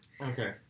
Okay